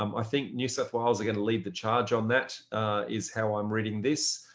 um i think new south wales are going to lead the charge on that is how i'm reading this.